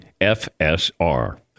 FSR